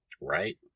right